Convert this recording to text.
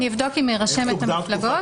אני אבדוק עם רשמת המפלגות.